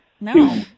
No